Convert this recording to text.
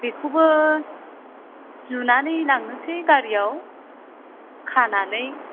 बेखौबो जुनानै लांनोसै गारियाव खानानै